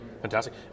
fantastic